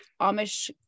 amish